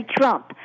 Trump